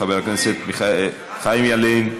חבר הכנסת חיים ילין,